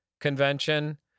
Convention